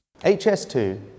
HS2